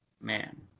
Man